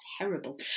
terrible